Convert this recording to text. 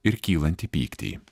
ir kylantį pyktį